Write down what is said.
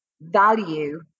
value